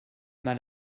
mal